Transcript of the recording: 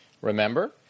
Remember